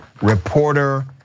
reporter